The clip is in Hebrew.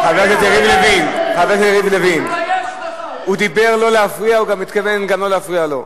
חבר הכנסת אחמד טיבי, לא להפריע לו.